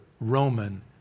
Roman